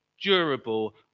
durable